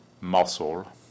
muscle